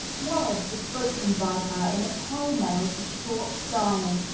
words were spoken by her in a pell-mell, distraught style,